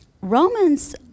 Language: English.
Romans